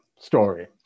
story